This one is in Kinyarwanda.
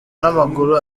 n’amaguru